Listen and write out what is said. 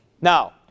Now